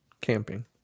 camping